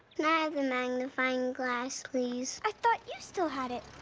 ah the magnifying glass please? i thought you still had it.